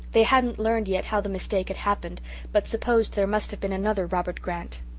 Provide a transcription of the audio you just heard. they hadn't learned yet how the mistake had happened but supposed there must have been another robert grant.